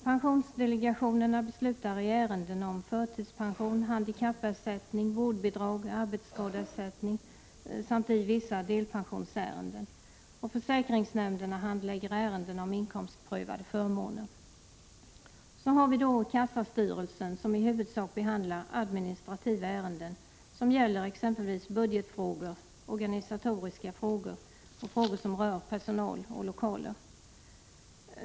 Pensionsdelegationerna beslutade i ärenden om förtidspension, handikappersättning, vårdbidrag, arbetsskadeersättning samt i vissa delpensionsärenden. Försäkringsnämnderna handlägger ärenden om inkomstprövade förmåner. Dessutom finns kassastyrelsen, som i huvudsak behandlar administrativa ärenden, som gäller t.ex. budgetfrågor, organisatoriska frågor, samt frågor om personal och lokaler.